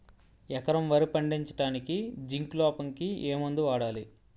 ఎకరం వరి పండించటానికి జింక్ లోపంకి ఏ మందు వాడాలి?